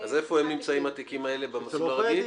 --- אז איפה נמצאים התיקים האלה, במסלול הרגיל?